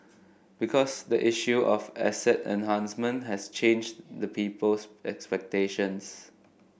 because the issue of asset enhancement has changed the people's expectations